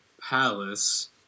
palace